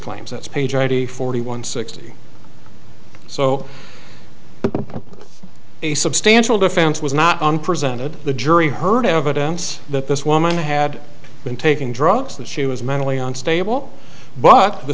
claims that's page already forty one sixty so a substantial defense was not on presented the jury heard evidence that this woman had been taking drugs that she was mentally unstable but the